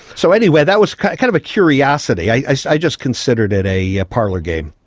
so anyway, that was kind of a curiosity. i so i just considered it a a parlour game.